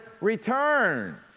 returns